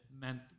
meant